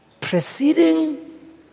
preceding